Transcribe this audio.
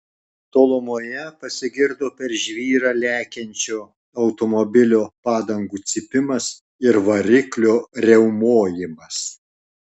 tolumoje pasigirdo per žvyrą lekiančio automobilio padangų cypimas ir variklio riaumojimas